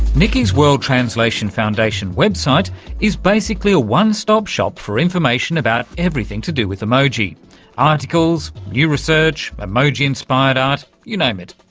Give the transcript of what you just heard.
niki's world translation foundation website is basically a one-stop shop for information about everything to do with emoji articles, new research, emoji-inspired art. you name it.